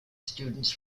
students